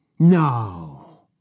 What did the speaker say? No